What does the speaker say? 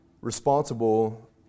responsible